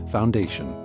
Foundation